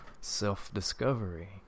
self-discovery